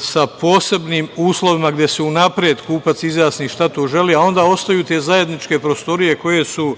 sa posebnim uslovima, gde se unapred kupac izjasni šta to želi, a onda ostaju te zajedničke prostorije koje su